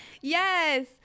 Yes